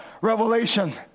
revelation